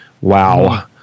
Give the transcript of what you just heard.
wow